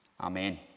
Amen